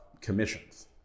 commissions